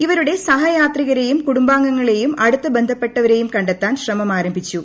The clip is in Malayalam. ഇവരുടെ സഹയാത്രികരെയും പ്രകൂട്ടു് ്ബാംഗങ്ങളെയും അടുത്തു ബന്ധപ്പെട്ടവരെയും കണ്ടെത്താൻ ശ്രീമം ആരംഭിച്ചു